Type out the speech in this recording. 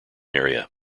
area